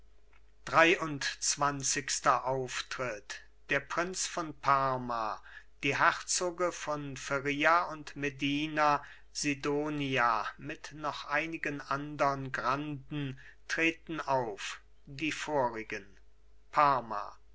dreiundzwanzigster auftritt der prinz von parma die herzoge von feria und medina sidonia mit noch einigen andern granden treten auf die vorigen parma